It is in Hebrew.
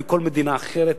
מכל מדינה אחרת,